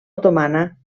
otomana